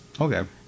Okay